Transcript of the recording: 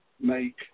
Make